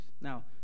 Now